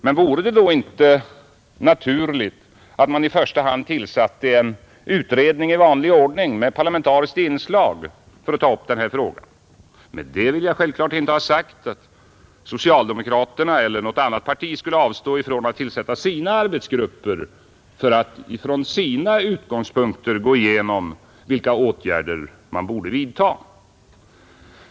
Men vore det då inte naturligt att man i första hand tillsatte en utredning i vanlig ordning med parlamentariskt inslag för att ta upp den här frågan? Med det vill jag självfallet inte ha sagt att socialdemokraterna eller något annat parti skulle avstå från att tillsätta sina arbetsgrupper för att från sina utgångspunkter gå igenom vilka åtgärder man borde vidta.